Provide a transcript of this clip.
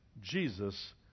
Jesus